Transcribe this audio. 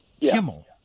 Kimmel